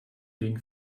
gegen